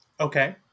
Okay